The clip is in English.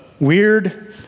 weird